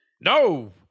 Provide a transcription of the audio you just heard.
No